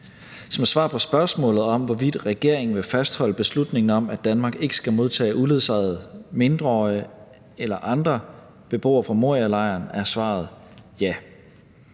Som et svar på spørgsmålet om, hvorvidt regeringen vil fastholde beslutningen om, at Danmark ikke skal modtage uledsagede mindreårige eller andre beboere fra Morialejren, er svaret: Ja,